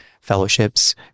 fellowships